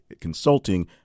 consulting